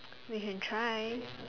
we can try